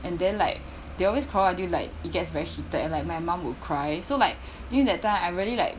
and then like they always quarrel until like it gets very heated and like my mum would cry so like during that time I really like